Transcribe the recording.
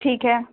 ٹھیک ہے